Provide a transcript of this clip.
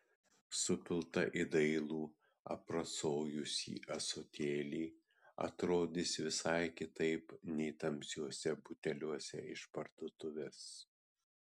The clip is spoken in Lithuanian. supilta į dailų aprasojusį ąsotėlį atrodys visai kitaip nei tamsiuose buteliuose iš parduotuvės